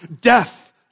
death